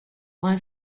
mal